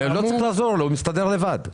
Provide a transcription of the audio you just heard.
לא צריך לעזור לו, הוא מסתדר לבד.